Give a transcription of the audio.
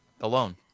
alone